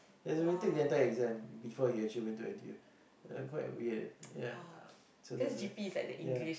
he had to retake the entire exam before he actually went to N_T_U yeah quite weird yeah so that's the thing yeah